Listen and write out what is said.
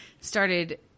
started